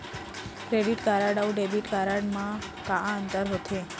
Credit card अऊ debit card मा का अंतर होथे?